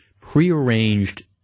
prearranged